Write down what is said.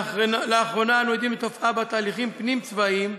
לאחרונה אנו עדים לתופעה שתהליכים פנים-צבאיים,